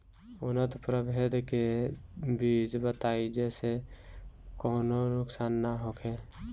उन्नत प्रभेद के बीज बताई जेसे कौनो नुकसान न होखे?